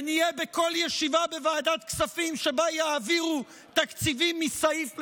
ונהיה בכל ישיבה בוועדת הכספים שבה יעבירו תקציבים מסעיף לסעיף,